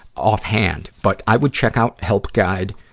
offhand. but i would check out helpguide.